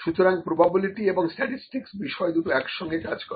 সুতরাং প্রোবাবিলিটি এবং স্ট্যাটিস্টিকস বিষয় দুটি একসঙ্গে কাজ করে